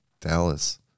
Dallas